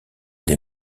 des